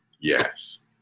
Yes